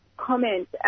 Comment